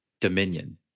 dominion